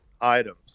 items